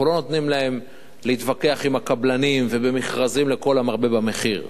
אנחנו לא נותנים להם להתווכח עם הקבלנים ובמכרזים לכל המרבה במחיר.